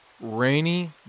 Rainy